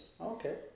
Okay